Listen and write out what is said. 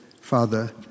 father